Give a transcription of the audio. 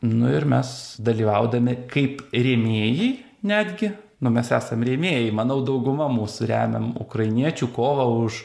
nu ir mes dalyvaudami kaip rėmėjai netgi nu mes esam rėmėjai manau dauguma mūsų remiam ukrainiečių kovą už